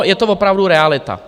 A je to opravdu realita.